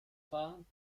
fahren